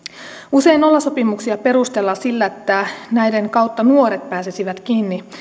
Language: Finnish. usein nollasopimuksia perustellaan sillä että näiden kautta nuoret pääsisivät